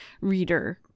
reader